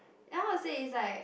then how to say it's like